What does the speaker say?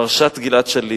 פרשת גלעד שליט,